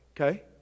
Okay